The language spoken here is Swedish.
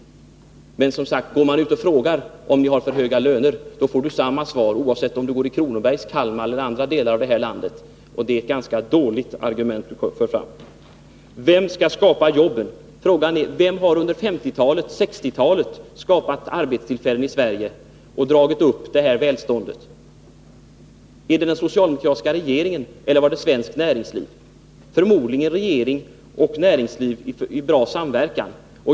Men, som sagt, går man ut på arbetsmarknaden och frågar om lönerna är för höga får man nekande svar, oavsett om man ställer frågan i Kronobergs län, i Kalmar län eller i andra delar av landet. Vem skall skapa jobben? Vem var det som under 1950 och 1960-talen skapade arbetstillfällen i Sverige och drog upp vårt välstånd? Var det den socialdemokratiska regeringen, eller var det svenskt näringsliv? Förmodligen regering och näringsliv i god samverkan.